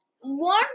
one